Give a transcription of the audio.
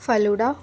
falooda